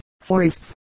forests